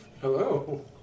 Hello